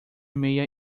meia